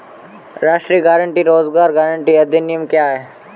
राष्ट्रीय ग्रामीण रोज़गार गारंटी अधिनियम क्या है?